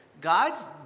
God's